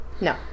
No